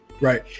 right